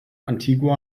antigua